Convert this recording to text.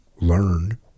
learn